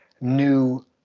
new